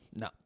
No